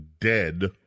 dead